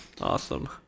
Awesome